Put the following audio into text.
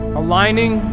aligning